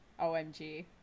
Omg